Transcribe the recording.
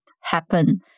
happen